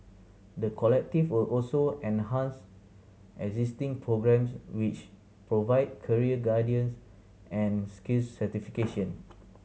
the Collective will also enhance existing programmes which provide career guidance and skills certification